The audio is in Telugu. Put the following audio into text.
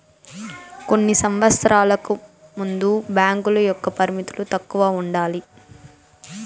కొన్ని సంవచ్చరాలకు ముందు బ్యాంకుల యొక్క పరిమితులు తక్కువ ఉండాలి